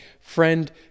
friend